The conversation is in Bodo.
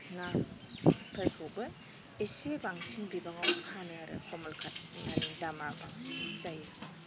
नाफोरखौबो इसे बांसिन बिबाङाव फानो आरो कमलकार नानि दामा बांसिन जायो